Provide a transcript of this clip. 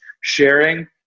sharing